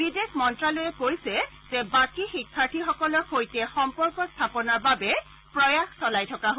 বিদেশ মন্তালয়ে কৈছে যে বাকী শিক্ষাৰ্থীসকলৰ সৈতে সম্পৰ্ক স্থাপনৰ বাবে প্ৰয়াস চলাই থকা হৈছে